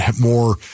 more